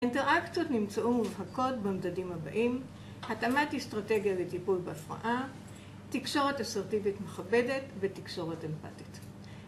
אינטרקציות נמצאו מובהקות במדדים הבאים, התאמת אסטרטגיה לטיפול בהפרעה, תקשורת אסרטיבית מכבדת, ותקשורת אמפתית